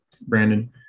brandon